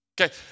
Okay